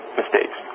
mistakes